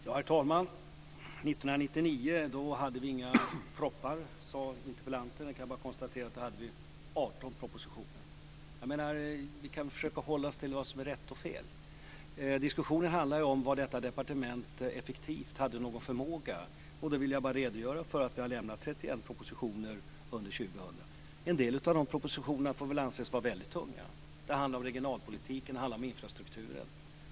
Herr talman! 1999 hade vi inga proppar, sade interpellanten. Jag kan bara konstatera att då hade vi 18 propositioner. Vi kan väl försöka hålla oss till vad som är rätt och fel. Diskussionen handlar ju om detta: Var detta departement effektivt? Hade det någon förmåga? Och då vill jag redogöra för att vi har lämnat 31 propositioner under 2000. En del av de propositionerna får väl anses vara väldigt tunga. Det handlar om regionalpolitiken och om infrastrukturen.